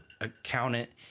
accountant